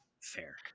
fair